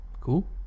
Cool